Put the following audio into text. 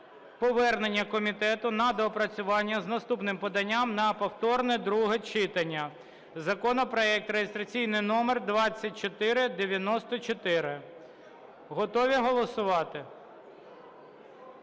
повернення комітету на доопрацювання з наступним поданням на повторне друге читання законопроект (реєстраційний номер 2494). Готові голосувати?